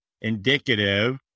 indicative